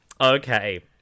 Okay